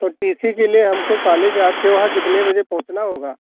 तो T C के लिए हमको कॉलेज आपके वहाँ कितने बजे पहुंचना होगा